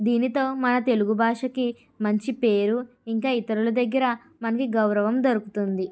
దీనితో మన తెలుగు భాషకి మంచి పేరు ఇంకా ఇతరుల దగ్గర మనకి గౌరవం దొరుకుతుంది